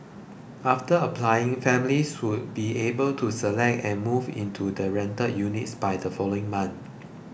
after applying families will be able to select and move into the rental units by the following month